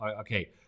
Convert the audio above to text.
okay